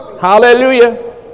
Hallelujah